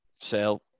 Sell